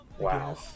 Wow